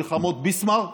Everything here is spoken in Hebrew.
מלחמות ביסמרק,